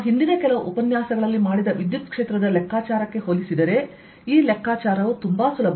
ನಾವು ಹಿಂದಿನ ಕೆಲವು ಉಪನ್ಯಾಸಗಳಲ್ಲಿ ಮಾಡಿದ ವಿದ್ಯುತ್ ಕ್ಷೇತ್ರದ ಲೆಕ್ಕಾಚಾರಕ್ಕೆ ಹೋಲಿಸಿದರೆಈ ಲೆಕ್ಕಾಚಾರವು ತುಂಬಾ ಸುಲಭ